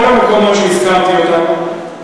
כל המקומות שהזכרתי לך,